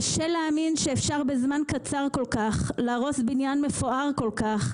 קשה להאמין שאפשר בזמן קצר כול כך להרוס בניין מפואר כול כך,